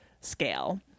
scale